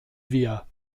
wir